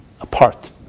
apart